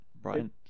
Brian